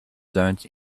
zones